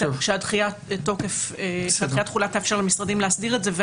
שדחיית התחולה תאפשר למשרדים להסדיר את זה.